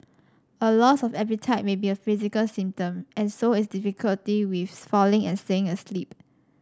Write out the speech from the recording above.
a loss of appetite may be a physical symptom and so is difficulty with falling and staying asleep